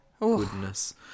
goodness